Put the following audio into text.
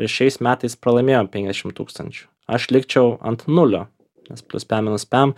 ir šiais metais pralaimėjau penkiasdešim tūkstančių aš likčiau ant nulio nes plius pem minus pem